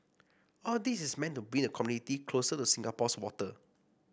all this is meant to bring the community closer to Singapore's water